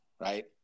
right